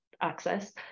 access